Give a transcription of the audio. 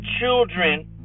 children